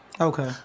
Okay